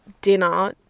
dinner